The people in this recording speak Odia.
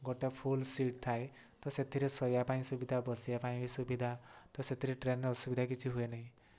ଗୋଟେ ଫୁଲ୍ ସିଟ୍ ଥାଏ ତ ସେଥିରେ ଶୋଇବା ପାଇଁ ସୁବିଧା ବସିବା ପାଇଁ ବି ସୁବିଧା ତ ସେଥିରେ ଟ୍ରେନ୍ରେ ଅସୁବିଧା କିଛି ହୁଏ ନାହିଁ